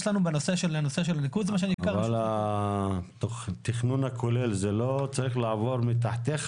יש לנו בנושא של ניקוז -- אבל התכנון הכולל לא צריך להיות תחתיך?